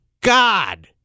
God